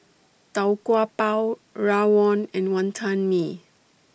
Tau Kwa Pau Rawon and Wonton Mee